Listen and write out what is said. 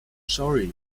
sorry